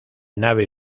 nave